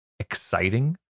exciting